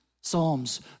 psalms